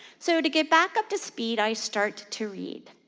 so to get back up to speed, i start to read.